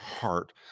heart